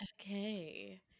Okay